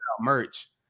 merch